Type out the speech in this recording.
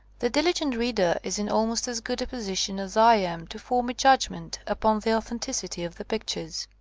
the diligent reader is in almost as good a position as i am to form a judgment upon the authenticity of the pictures.